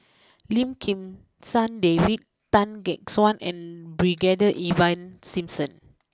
Lim Kim San David Tan Gek Suan and Brigadier Ivan Simson